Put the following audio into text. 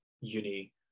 uni